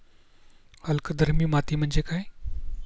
अल्कधर्मी माती म्हणजे काय?